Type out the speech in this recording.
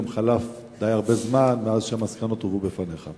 גם חלף די הרבה זמן מאז שהמסקנות הובאו בפניך.